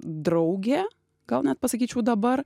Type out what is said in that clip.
draugė gal net pasakyčiau dabar